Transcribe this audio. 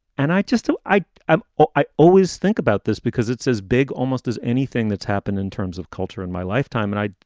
and i just who so i am, ah i always think about this because it's as big almost as anything that's happened in terms of culture in my lifetime. and i.